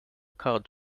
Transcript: card